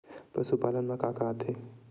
पशुपालन मा का का आथे?